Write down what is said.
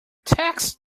text